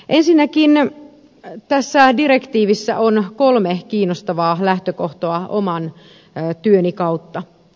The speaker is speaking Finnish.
ensinnäkin tässä direktiivissä on kolme kiinnostavaa lähtökohtaa oman työni kautta